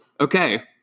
Okay